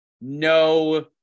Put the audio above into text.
no